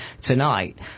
tonight